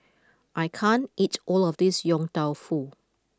I can't eat all of this Yong Tau Foo